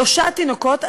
שלושה תינוקות,